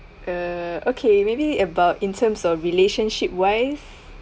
uh okay maybe about in terms of relationship wise